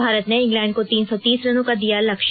भारत ने इंग्लैंड को तीन सौ तीस रन का दिया लक्ष्य